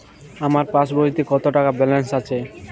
আমার পাসবইতে কত টাকা ব্যালান্স আছে?